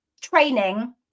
training